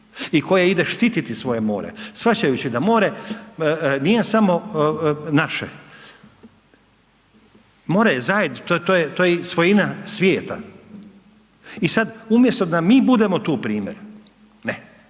i koja ide štititi svoje more shvaćajući da more nije samo naše, more je svojima svijeta i sada umjesto da mi tu budemo primjer, ne,